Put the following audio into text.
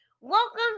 Welcome